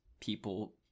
people